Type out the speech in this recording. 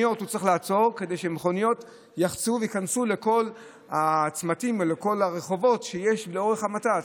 כדי שמכוניות יחצו וייכנסו לכל הצמתים ולכל הרחובות שיש לאורך הנת"צ.